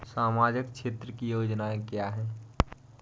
सामाजिक क्षेत्र की योजनाएँ क्या हैं?